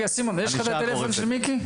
סימון, יש לך את הטלפון של מיקי?